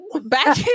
back